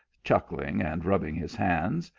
chuckling and rubbing his hands.